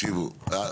שמואל.